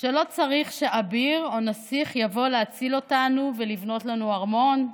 שלא צריך שאביר או נסיך יבוא להציל אותנו ולבנות לנו ארמון.